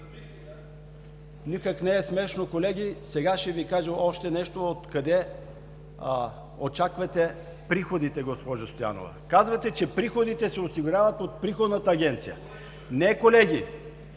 Никак не е смешно колеги, сега ще Ви кажа още нещо откъде очаквате приходите, госпожо Стоянова. Казвате, че приходите се осигуряват от Приходната агенция. Не, колеги,